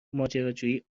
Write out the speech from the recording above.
ماجراجویی